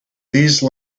these